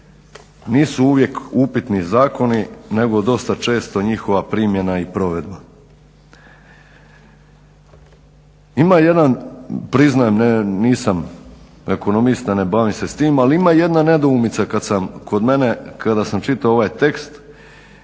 nisu uvijek upitni zakoni, nego dosta često njihova primjena i provedba. Ima jedan priznajem nisam ekonomista, ne bavim se s tim ali ima jedna nedoumica kad sam, kod mene kada sam čitao ovaj tekst